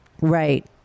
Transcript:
Right